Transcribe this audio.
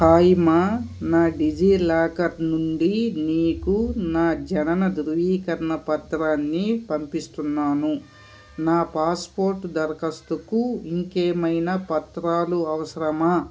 హాయి అమ్మా నా డిజిలాకర్ నుండి నీకు నా జనన ధృవీకరణ పత్రాన్ని పంపిస్తున్నాను నా పాస్పోర్ట్ దరఖాస్తుకు ఇంకేమైనా పత్రాలు అవసరమా